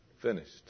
Finished